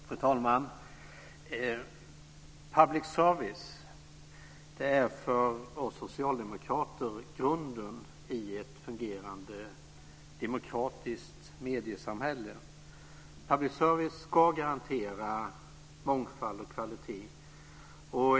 Fru talman! Public service är för oss socialdemokrater grunden i ett fungerande demokratiskt mediesamhälle. Public service ska garantera mångfald och kvalitet.